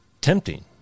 tempting